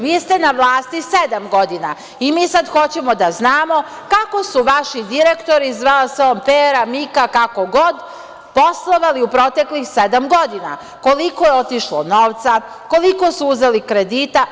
Vi ste na vlasti sedam godina i mi sad hoćemo da znamo kako su vaši direktori, zvao se on Pera, Mika, kako god, poslovali u proteklih sedam godina, koliko je otišlo novca, koliko su uzeli kredita.